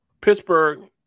Pittsburgh